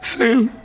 Sam